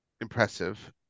impressive